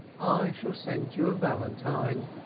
i shall send you a valentine.